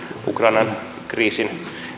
ukrainan kriisin